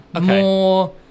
More